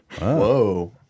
Whoa